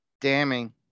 damning